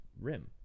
rim